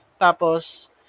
Tapos